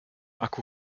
akku